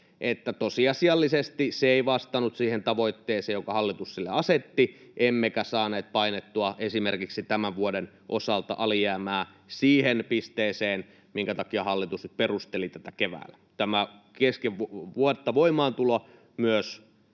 että tosiasiallisesti se ei vastannut siihen tavoitteeseen, jonka hallitus sille asetti, emmekä saaneet painettua esimerkiksi tämän vuoden osalta alijäämää siihen pisteeseen, minkä takia hallitus perusteli tätä keväällä. Tämä voimaantulo